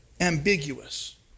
ambiguous